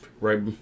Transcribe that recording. Right